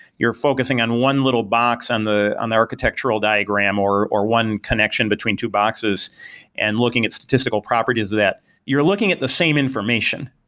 you're focusing on one little box and on the architectural diagram or or one connection between two boxes and looking at statistical properties that you're looking at the same information,